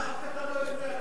אף אחד לא הפריע להם.